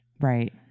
Right